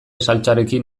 saltsarekin